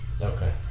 Okay